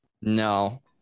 No